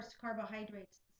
carbohydrates